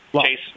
Chase